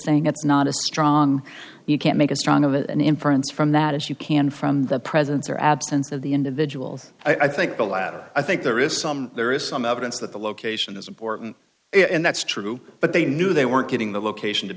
saying it's not a strong you can't make a strong of an inference from that as you can from the presence or absence of the individuals i think the latter i think there is some there is some evidence that the location is important and that's true but they knew they weren't getting the location to